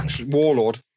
warlord